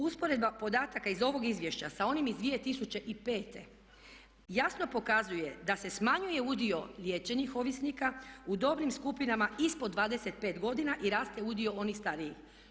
Usporedba podataka iz ovog izvješća sa onim iz 2005. jasno pokazuje da se smanjuje udio liječenih ovisnika u dobnim skupinama ispod 25 godina i raste udio onih starijih.